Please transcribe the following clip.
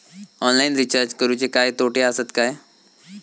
Online recharge करुचे काय तोटे आसत काय?